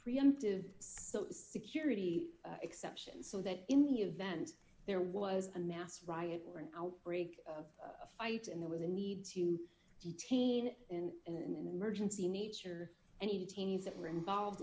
preemptive security exception so that in the event there was a mass riot or an outbreak of a fight and there was a need to detain and in an emergency nature any detainees that were involved